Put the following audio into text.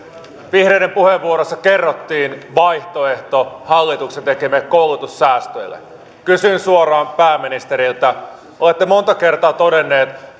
vihreiden puheenvuorossa kerrottiin vaihtoehto hallituksen tekemille koulutussäästöille kysyn suoraan pääministeriltä olette monta kertaa todennut